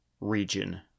region